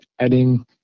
adding